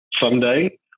someday